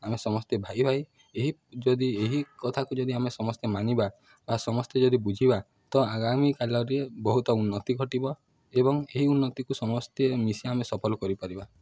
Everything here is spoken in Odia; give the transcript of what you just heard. ଆମେ ସମସ୍ତେ ଭାଇ ଭାଇ ଏହି ଯଦି ଏହି କଥାକୁ ଯଦି ଆମେ ସମସ୍ତେ ମାନିବା ବା ସମସ୍ତେ ଯଦି ବୁଝିବା ତ ଆଗାମୀ କାଳରେ ବହୁତ ଉନ୍ନତି ଘଟିବ ଏବଂ ଏହି ଉନ୍ନତିକୁ ସମସ୍ତେ ମିଶି ଆମେ ସଫଳ କରିପାରିବା